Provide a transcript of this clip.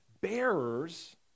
bearers